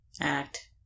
act